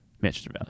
Manchester